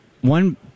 one